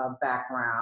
background